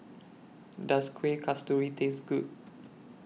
Does Kuih Kasturi Taste Good